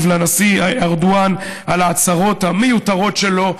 לנשיא ארדואן על ההצהרות המיותרות שלו,